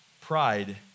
pride